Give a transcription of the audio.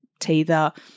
teether